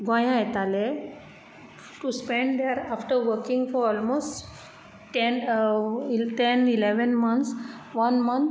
गोंयां येताले to spend there after working for almost ten eleven months one month